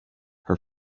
her